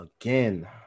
again